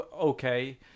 okay